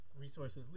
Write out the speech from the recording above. resources